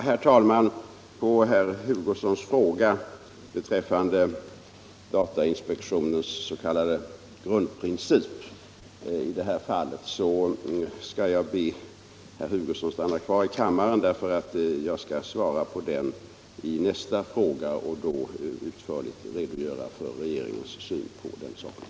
Herr talman! Med anledning av herr Hugossons fråga om datainspektionens s.k. grundprincip vill jag be honom stanna kvar i kammaren eftersom jag i nästa svar kommer att utförligt redogöra för regeringens syn på den saken.